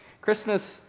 Christmas